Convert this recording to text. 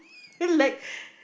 like